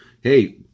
hey